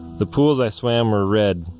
the pools i swam were red,